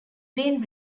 been